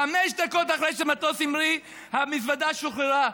חמש דקות אחרי שהמטוס המריא המזוודה שוחררה.